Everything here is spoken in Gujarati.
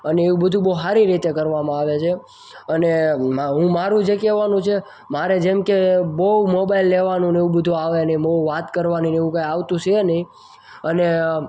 અને એવું બધું બહુ સારી રીતે કરવામાં આવે છે અને હું મારૂં જે કહેવાનું છે મારે જેમકે બહુ મોબાઈલ લેવાનું ને એવું બધુ આવે નહીં મુ વાત કરવાની ને એવું કાંઇ આવતું છે નહીં અને